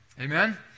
Amen